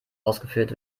ausgeführt